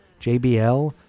JBL